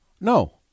No